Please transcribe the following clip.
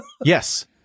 Yes